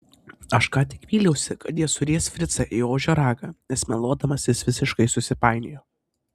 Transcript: aš ką tik vyliausi kad jie suries fricą į ožio ragą nes meluodamas jis visiškai susipainiojo